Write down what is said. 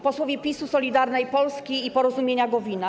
Posłowie PiS-u, Solidarnej Polski i Porozumienia Gowina!